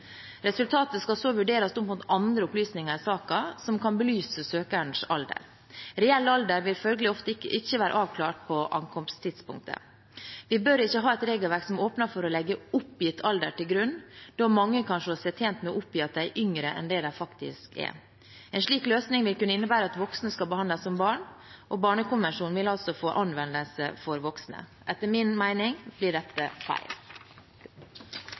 resultatet av en slik undersøkelse. Resultatet skal så vurderes opp mot andre opplysninger i saken som kan belyse søkerens alder. Reell alder vil følgelig ofte ikke være avklart på ankomsttidspunktet. Vi bør ikke ha et regelverk som åpner for å legge oppgitt alder til grunn, da mange kan se seg tjent med å oppgi at de er yngre enn det de faktisk er. En slik løsning vil kunne innebære at voksne skal behandles som barn, og Barnekonvensjonen vil altså få anvendelse for voksne. Etter min mening blir dette feil.